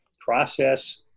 process